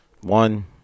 One